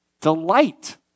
delight